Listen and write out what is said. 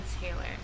Taylor